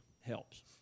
helps